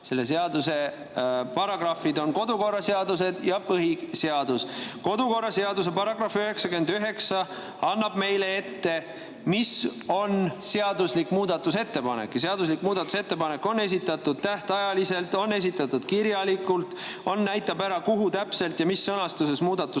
Need paragrahvid on kodukorraseaduses ja põhiseaduses. Kodukorraseaduse § 99 annab meile ette, mis on seaduslik muudatusettepanek. Seaduslik muudatusettepanek on esitatud tähtajaliselt ja on esitatud kirjalikult ning näitab ära, kus täpselt ja mis sõnastuses muudatust